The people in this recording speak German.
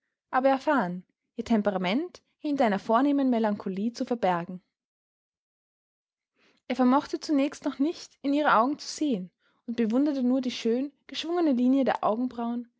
aber erfahren ihr temperament hinter einer vornehmen melancholie zu verbergen er vermochte zunächst noch nicht in ihre augen zu sehen und bewunderte nur die schön geschwungene linie der augenbrauen